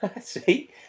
see